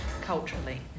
culturally